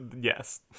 yes